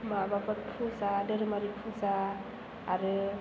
माबाफोर फुजा दोहोरोमारि फुजा आरो